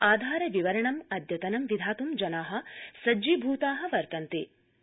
आधार विवरणम् अद्यतनं विधातुं जना सज्जीभूता वर्तन्ते